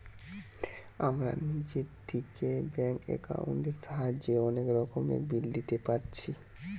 আমরা নিজে থিকে ব্যাঙ্ক একাউন্টের সাহায্যে অনেক রকমের বিল দিতে পারছি